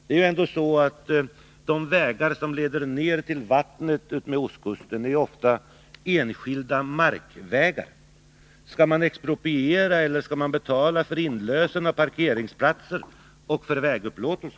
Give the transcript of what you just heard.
Det är ju ändå så att de vägar som leder ned till vattnet utmed ostkusten ofta är enskilda markvägar. Skall man expropriera, eller skall man betala för inlösen av parkeringsplatser och för vägupplåtelse?